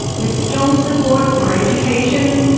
with strong support for education,